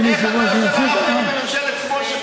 איך אתה יושב עם ממשלת שמאל שפינתה יהודים,